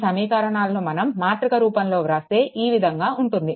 ఈ సమీకరణాలను మనం మాతృక రూపంలో వ్రాస్తే ఈ విధంగా ఉంటుంది